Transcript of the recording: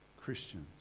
Christians